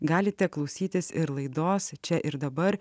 galite klausytis ir laidos čia ir dabar